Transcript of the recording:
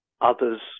others